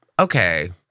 okay